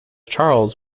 charles